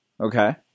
Okay